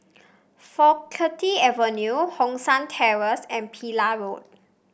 Faculty Avenue Hong San Terrace and Pillai Road